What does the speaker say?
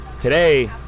today